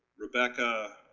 rebecca.